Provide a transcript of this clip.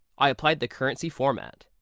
i applied the currency format.